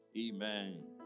Amen